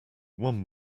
one